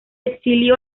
exilió